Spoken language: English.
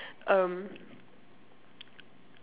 um